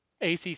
ACC